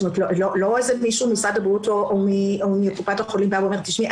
לא איזה מישהו ממשרד הבריאות או מקופת החולים בא ואומר 'תשמעי,